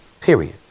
period